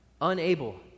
unable